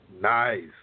Nice